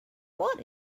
what